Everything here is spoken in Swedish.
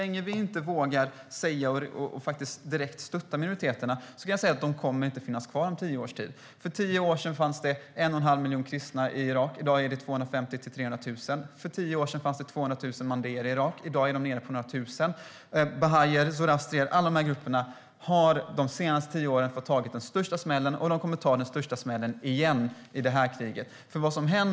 Om vi inte vågar direkt stötta minoriteterna kommer de inte att finnas kvar om tio år. För tio år sedan fanns det 1 1⁄2 miljon kristna i Irak. I dag är det 250 000-300 000 kristna. För tio år sedan fanns det 200 000 mandéer i Irak. I dag finns det några tusen. Under de senaste tio åren har bahaier, zoroastrier och andra folkgrupper fått ta den största smällen, och de kommer att ta den största smällen igen i det här kriget.